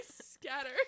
scatter